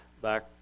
back